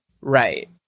Right